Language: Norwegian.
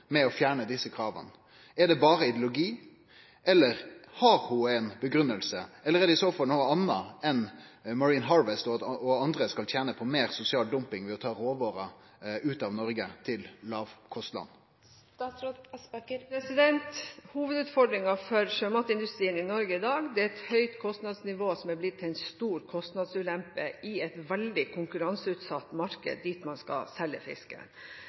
med å fjerne desse krava? Er det berre ideologi, eller har ho ei grunngjeving? Er det i så fall noko anna enn at Marine Harvest og andre skal tene meir på sosial dumping ved å ta råvarer ut av Noreg til lågkostland? Hovedutfordringen for sjømatindustrien i Norge i dag er et høyt kostnadsnivå, som er blitt til en stor kostnadsulempe i et veldig konkurranseutsatt marked – dit man skal